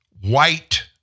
white